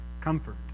Comfort